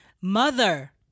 mother